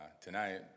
tonight